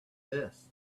this